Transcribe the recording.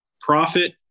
profit